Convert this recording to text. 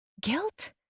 Guilt